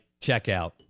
checkout